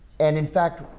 and, in fact,